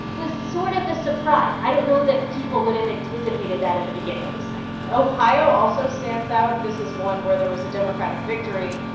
was sort of a surprise. i don't know that people would have anticipated that at the beginning of this night ohio also stands out. this is one where there was a democratic victory.